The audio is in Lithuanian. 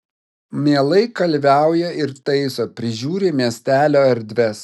mielai kalviauja ir taiso prižiūri miestelio erdves